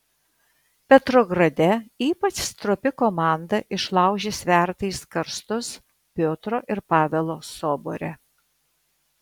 petrograde ypač stropi komanda išlaužė svertais karstus piotro ir pavelo sobore